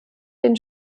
den